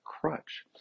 crutch